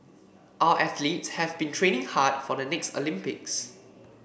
our athletes have been training hard for the next Olympics